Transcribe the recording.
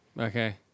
Okay